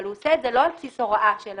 אבל הוא עושה את זה לא על בסיס הוראה של המשלם,